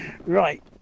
Right